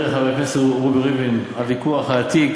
חברי חבר הכנסת רובי ריבלין, הוויכוח העתיק